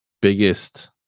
biggest